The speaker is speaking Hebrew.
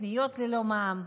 קניות ללא מע"מ,